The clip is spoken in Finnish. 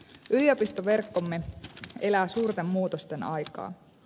yliopistoverkkomme elää suurten muutosten aikaa